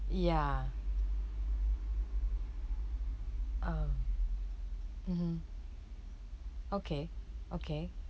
ya oh mmhmm okay okay